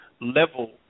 level